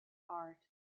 art